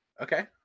Okay